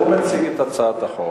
הוא מציג את הצעת החוק